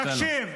תקשיב.